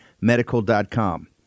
Medical.com